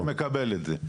לגמרי, מקבל את זה.